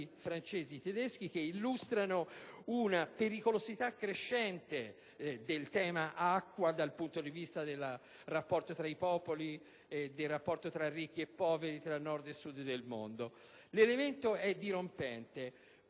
francesi e tedeschi che illustrano tutti una pericolosità crescente del tema acqua dal punto di vista del rapporto tra i popoli, tra ricchi e poveri e tra Nord e Sud del mondo. L'elemento è dirompente,